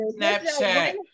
Snapchat